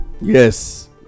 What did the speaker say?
Yes